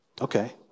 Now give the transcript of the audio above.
Okay